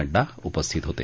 नड्डा उपस्थित होते